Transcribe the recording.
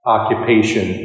Occupation